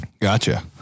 Gotcha